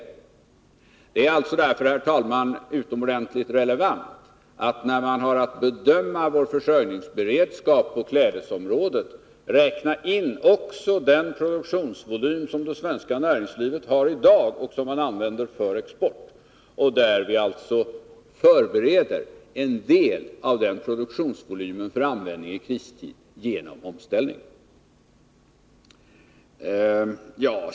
Därför är det alltså, herr talman, utomordentligt relevant att vi, när vi har att bedöma vår försörjningsberedskap på klädesområdet, räknar in också den produktionsvolym som det svenska näringslivet har i dag och använder för export och där vi alltså förbereder en del av denna produktionsvolym för användning i kristid genom omställning.